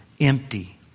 empty